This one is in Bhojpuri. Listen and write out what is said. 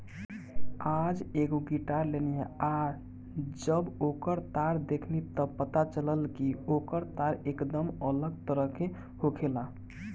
आज एगो गिटार लेनी ह आ जब ओकर तार देखनी त पता चलल कि ओकर तार एकदम अलग तरह के होखेला